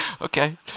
okay